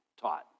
taught